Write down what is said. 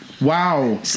Wow